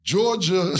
Georgia